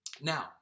Now